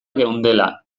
geundela